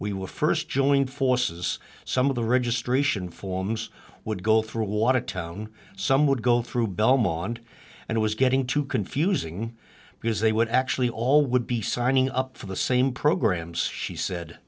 we were first joined forces some of the registration forms would go through watertown some would go through belmont and it was getting too confusing because they would actually all would be signing up for the same programs she said